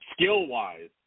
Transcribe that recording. Skill-wise